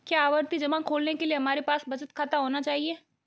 क्या आवर्ती जमा खोलने के लिए हमारे पास बचत खाता होना चाहिए?